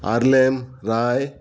Arlem Rai